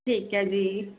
ਠੀਕ ਹੈ ਜੀ